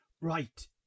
Right